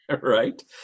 Right